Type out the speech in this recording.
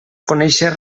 conéixer